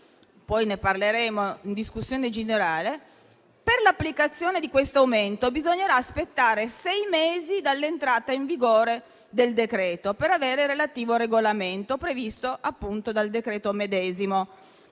di cui parleremo in discussione generale. Per l'applicazione di questo aumento bisognerà aspettare sei mesi dall'entrata in vigore del decreto-legge, quando si avrà il regolamento previsto dal decreto medesimo.